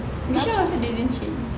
misha also didn't change